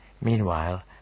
Meanwhile